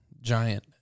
Giant